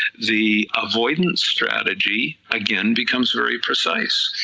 the avoidance strategy again becomes very precise,